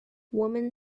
woman